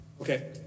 Okay